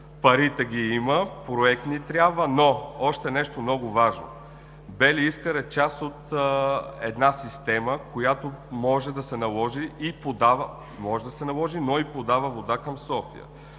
Парите ги има, проект ни трябва. Още нещо много важно. „Бели Искър“ е част от една система, която може да се наложи, но и подава вода към София.